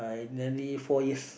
I nearly four years